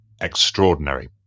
extraordinary